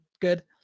good